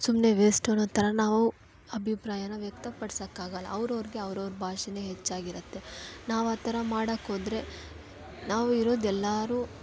ಸುಮ್ಮನೆ ವೆಸ್ಟ್ ಅನ್ನೋ ಥರ ನಾವು ಅಭಿಪ್ರಾಯನ ವ್ಯಕ್ತ ಪಡ್ಸಕ್ಕಾಗಲ್ಲ ಅವ್ರು ಅವ್ರಿಗೆ ಅವ್ರ ಅವ್ರ ಭಾಷೆ ಹೆಚ್ಚಾಗಿರುತ್ತೆ ನಾವು ಆ ಥರ ಮಾಡಕ್ಕೆ ಹೋದ್ರೆ ನಾವಿರೋದು ಎಲ್ಲಾರು